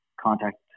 contact